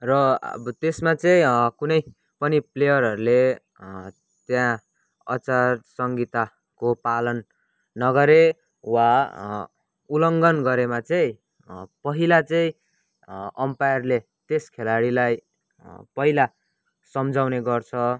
र अब त्यसमा चाहिँ कुनै पनि प्लेयरहरूले त्यहाँ आचार संहिताको पालन नगरे वा उल्लङ्घन गरेमा चाहिँ पहिला चाहिँ अम्पायरले त्यस खेलाडीलाई पहिला सम्झाउने गर्छ